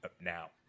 now